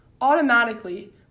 automatically